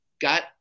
got